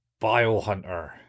Biohunter